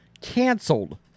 canceled